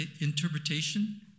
Interpretation